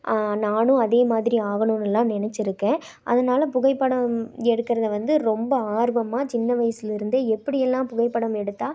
நானும் அதேமாதிரி ஆகுணுன்னெல்லாம் நினச்சிருக்கேன் அதனால புகைப்படம் எடுக்குறதை வந்து ரொம்ப ஆர்வமாக சின்ன வயசுலிருந்தே எப்படியெல்லாம் புகைப்படம் எடுத்தால்